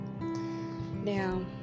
now